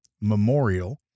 Memorial